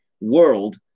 world